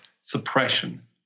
suppression